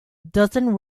dozen